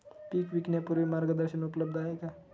पीक विकण्यापूर्वी मार्गदर्शन उपलब्ध आहे का?